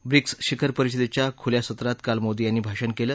BRICS शिखर परिषदेच्या खुल्या सत्रात काल मोदी यांनी भाषण केलं